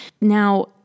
Now